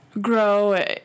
grow